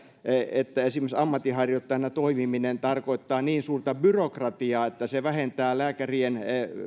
että esimerkiksi ammatinharjoittajana toimiminen tarkoittaa niin suurta byrokratiaa että se vähentää lääkärien